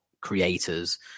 creators